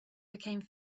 became